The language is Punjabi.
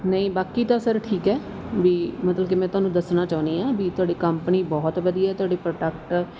ਨਹੀਂ ਬਾਕੀ ਤਾਂ ਸਰ ਠੀਕ ਹੈ ਵੀ ਮਤਲਬ ਕਿ ਮੈਂ ਤੁਹਾਨੂੰ ਦੱਸਣਾ ਚਾਹੁੰਦੀ ਹਾਂ ਵੀ ਤੁਹਾਡੀ ਕੰਪਨੀ ਬਹੁਤ ਵਧੀਆ ਤੁਹਾਡੇ ਪ੍ਰੋਡਕਟ